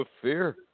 fear